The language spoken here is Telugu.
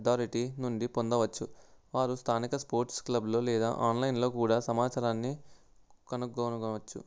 అథారిటీ నుండి పొందవచ్చు వారు స్థానిక స్పోర్ట్స్ క్లబ్లలో లేదా ఆన్లైన్లో కూడా సమాచారాన్ని కనుగొనవచ్చు